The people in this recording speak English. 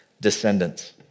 descendants